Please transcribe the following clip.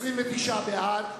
בעד,